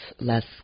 less